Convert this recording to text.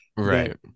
Right